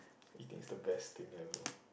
eating is the best thing ever